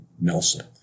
Nelson